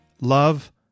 love